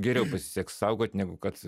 geriau pasiseks saugot negu kad